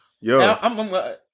Yo